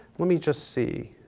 let me just see,